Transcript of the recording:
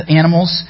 animals